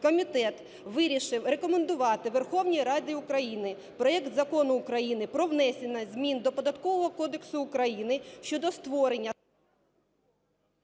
комітет вирішив рекомендувати Верховній Раді України проект Закону України про внесення змін до Податкового кодексу України щодо створення…